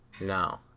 No